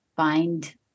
Find